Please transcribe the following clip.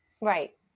Right